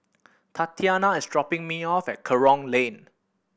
Tatiana is dropping me off at Kerong Lane